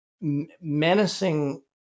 menacing